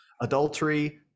Adultery